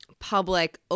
public